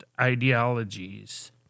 ideologies